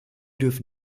dürfen